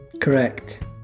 Correct